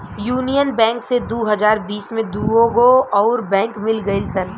union bank से दू हज़ार बिस में दूगो अउर बैंक मिल गईल सन